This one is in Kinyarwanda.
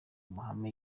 amahame